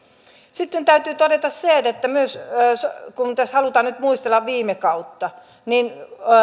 sitten täytyy todeta myös se kun tässä halutaan nyt muistella viime kautta